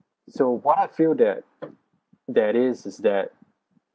so what I feel that that is is that